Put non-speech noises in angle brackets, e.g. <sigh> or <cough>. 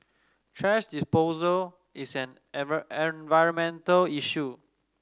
thrash disposal is an <unintelligible> environmental issue